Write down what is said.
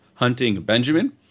HuntingBenjamin